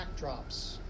backdrops